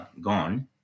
gone